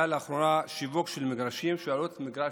היה לאחרונה שיווק של מגרשים ועלות מגרש